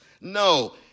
No